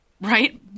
right